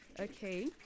Okay